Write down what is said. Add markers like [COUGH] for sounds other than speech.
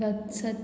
[UNINTELLIGIBLE]